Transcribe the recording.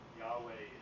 Yahweh